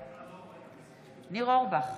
בעד ניר אורבך,